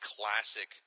classic